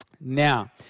Now